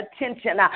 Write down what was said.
attention